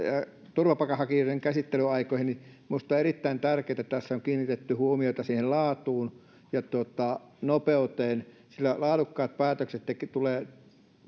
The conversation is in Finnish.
turvapaikanhakijoiden käsittelyaikoihin niin minusta on erittäin tärkeätä että tässä on kiinnitetty huomiota siihen laatuun ja nopeuteen sillä laadukkaat päätökset